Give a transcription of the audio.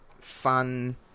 fun